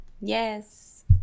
Yes